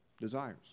desires